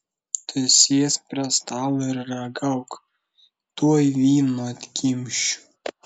tu sėsk prie stalo ir ragauk tuoj vyno atkimšiu